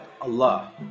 Allah